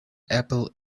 apple